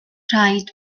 rhaid